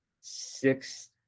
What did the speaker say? six